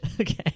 Okay